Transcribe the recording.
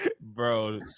Bro